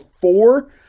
four